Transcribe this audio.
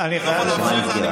הרשימה נסגרה.